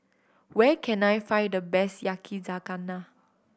where can I find the best Yakizakana